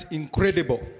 incredible